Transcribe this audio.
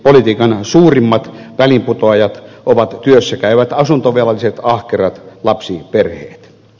politiikan suurimmat väliinputoajat ovat työssä käyvät asuntovelalliset ahkerat lapsiperheet